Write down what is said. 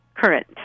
current